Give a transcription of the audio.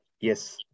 Yes